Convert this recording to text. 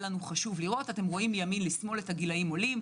אתם רואים את הגילאים עולים,